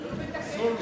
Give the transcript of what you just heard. הוא מתקן.